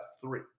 three